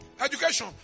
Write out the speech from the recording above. education